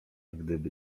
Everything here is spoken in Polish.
gdyby